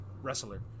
wrestler